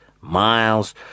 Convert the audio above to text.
Miles